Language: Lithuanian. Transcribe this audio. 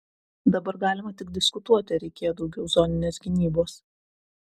dabar galima tik diskutuoti ar reikėjo daugiau zoninės gynybos